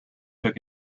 took